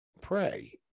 pray